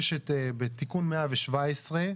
בתיקון 117,